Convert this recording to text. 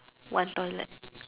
one toilet